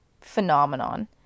phenomenon